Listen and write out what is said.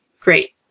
Great